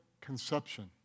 conception